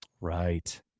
Right